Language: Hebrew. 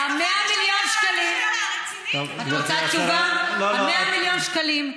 ה-100 מיליון שקלים האלה, ה-100 מיליון שקלים,